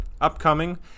upcoming